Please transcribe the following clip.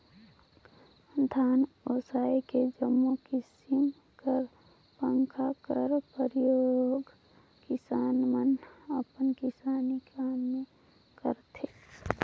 धान ओसाए के जम्मो किसिम कर पंखा कर परियोग किसान मन अपन किसानी काम मे करथे